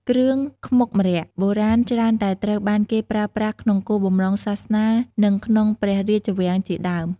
គ្រឿងខ្មុកម្រ័ក្សណ៍បុរាណច្រើនតែត្រូវបានគេប្រើប្រាស់ក្នុងគោលបំណងសាសនា និងក្នុងព្រះរាជវាំងជាដើម។